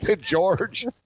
George